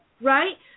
right